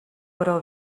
però